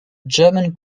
german